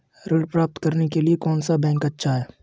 ऋण प्राप्त करने के लिए कौन सा बैंक अच्छा है?